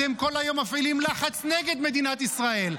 אתם כל היום מפעילים לחץ נגד מדינת ישראל.